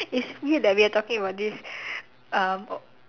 it's weird that we are talking about this um